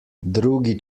drugi